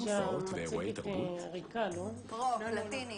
מקסים, כל הכבוד! איפה זה פורסם?